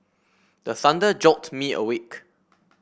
the thunder jolt me awake